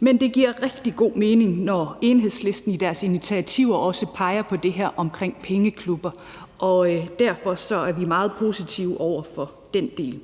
Men det giver rigtig god mening, når Enhedslisten i deres initiativer også peger på det her omkring pengeklubber, og derfor er vi meget positive over for den del.